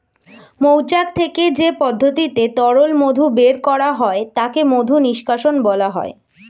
মৌচাক থেকে যে পদ্ধতিতে তরল মধু বের করা হয় তাকে মধু নিষ্কাশণ বলা হয়